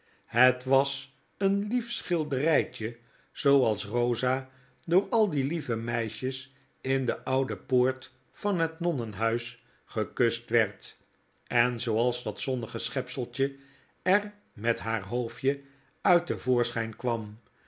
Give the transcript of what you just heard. het was een lief schilderytje zooals rosa door al die lieve meisjes in de oude poort van het nonnenhuis gekust werd en zooals dat zonnige schepseltje er met haar hoofdje uit te voorschgn kwam